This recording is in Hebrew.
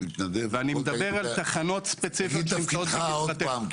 ואני מדבר על תחנות ספציפיות שנמצאות --- תגיד את תפקידך עוד פעם.